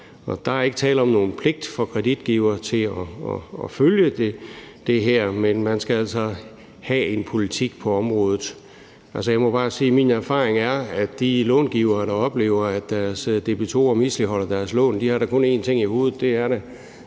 der er ikke tale om nogen pligt for kreditgivere til at følge det her, men man skal altså have en politik på området. Altså, jeg må bare sige, at min erfaring er, at de långivere, der oplever, at deres debitorer misligholder deres lån, da kun har en ting i hovedet,